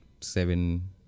seven